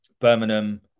Birmingham